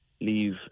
leave